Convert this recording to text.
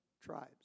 tribes